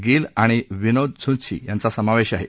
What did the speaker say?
gill आणि विनोद झ्त्शी यांचा समावेश आहे